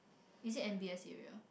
it's it N_B_S area